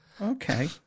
Okay